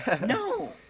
no